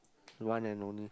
one and only